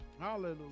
hallelujah